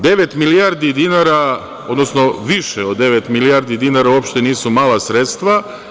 Devet milijardi dinara, odnosno više od devet milijardi dinara, uopšte nisu mala sredstva.